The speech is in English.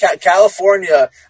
California